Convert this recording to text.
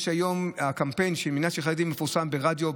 יש היום את הקמפיין למניעת שכחת ילדים שמפתרסם ברדיו,